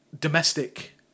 domestic